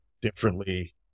differently